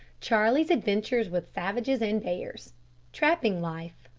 charlie's adventures with savages and bears trapping life.